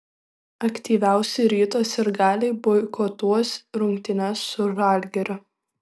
aktyviausi ryto sirgaliai boikotuos rungtynes su žalgiriu